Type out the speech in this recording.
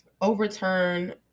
overturn